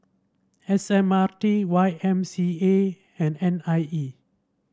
S M R T Y M C A and N I E